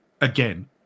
Again